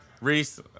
Reese